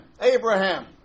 Abraham